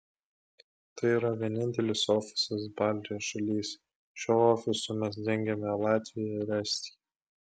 tai yra vienintelis ofisas baltijos šalyse šiuo ofisu mes dengiame latviją ir estiją